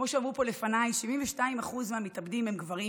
כמו שאמרו פה לפניי, 72% מהמתאבדים הם גברים,